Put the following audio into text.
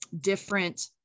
different